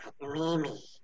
Mimi